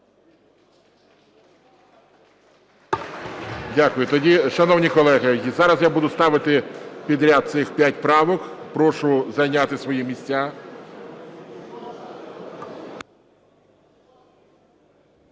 Дякую. Тоді, шановні колеги, зараз я буду ставити підряд цих 5 правок. Прошу зайняти свої місця.